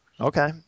Okay